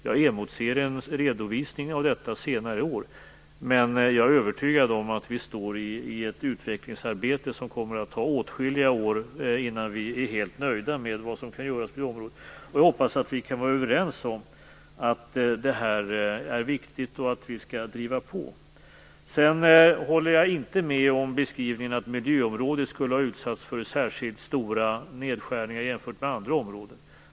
Jag emotser en redovisning av detta senare i år. Men jag är övertygad om att vi står inför ett utvecklingsarbete och att det kommer att ta åtskilliga år innan vi är helt nöjda med vad som kan göras på det området. Jag hoppas att vi kan vara överens om att det här är viktigt och att vi skall driva på. Jag håller inte med om beskrivningen att miljöområdet skulle ha utsatts för särskilt stora nedskärningar jämfört med andra områden.